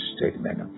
statement